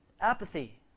Apathy